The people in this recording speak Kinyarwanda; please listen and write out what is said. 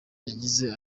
yagize